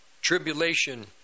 Tribulation